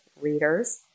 readers